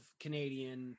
Canadian